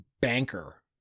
banker